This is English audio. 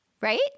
right